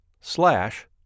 slash